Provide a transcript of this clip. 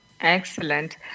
Excellent